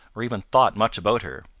or even thought much about her.